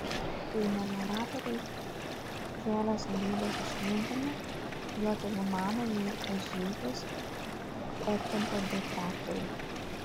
kai melioratoriai kėlė sodybas iš vienkiemių jo tėvų namą į ežeikius partempė du traktoriai